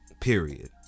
period